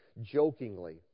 jokingly